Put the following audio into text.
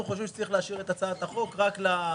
אנחנו חושבים שצריך להשאיר את הצעת החוק רק ליועצים.